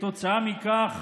וכתוצאה מכך